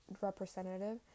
representative